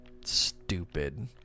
stupid